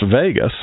Vegas